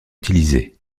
utilisé